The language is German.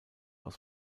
aus